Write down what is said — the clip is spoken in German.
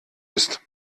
ist